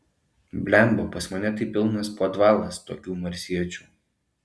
blemba pas mane tai pilnas podvalas tokių marsiečių